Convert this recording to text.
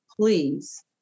please